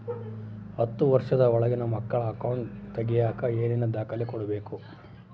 ಹತ್ತುವಷ೯ದ ಒಳಗಿನ ಮಕ್ಕಳ ಅಕೌಂಟ್ ತಗಿಯಾಕ ಏನೇನು ದಾಖಲೆ ಕೊಡಬೇಕು?